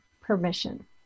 permission